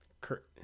Kurt –